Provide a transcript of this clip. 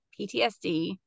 PTSD